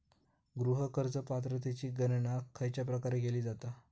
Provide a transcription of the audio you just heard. गृह कर्ज पात्रतेची गणना खयच्या प्रकारे केली जाते?